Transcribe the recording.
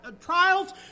trials